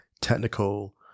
Technical